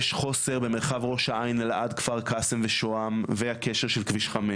יש חוסר במרחב ראש העין אלעד כפר קאסם ושהם והקשר של כביש 5,